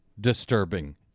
disturbing